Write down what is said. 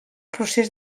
procés